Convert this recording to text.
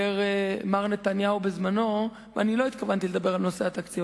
על נושא התקציב,